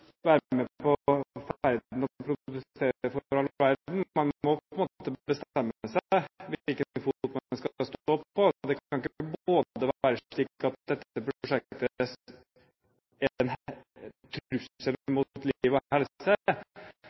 være med på ferden og protestere for all verden. Man må på en måte bestemme seg for hvilken fot man skal stå på. Det kan ikke være slik at man mener dette prosjektet er en trussel mot liv og helse,